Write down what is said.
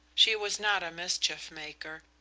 she was not a mischief-maker,